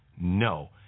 no